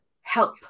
help